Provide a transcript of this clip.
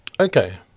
Okay